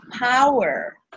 power